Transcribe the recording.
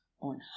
on